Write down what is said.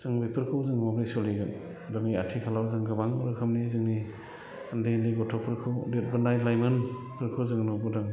जों बेफोरखौ जों माब्रै सोलायगोन दिनै आथिखालाव जोंं गोबां रोखोमनि जोंनि उन्दै उन्दै गथ'फोरखौ देरबोनाय लाइमोनफोरखौ जों नुबोदों